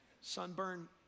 Sunburn